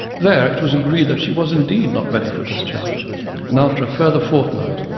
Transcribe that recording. there it was agreed that she was indeed not ready for discharge and after a further fortnight,